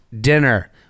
dinner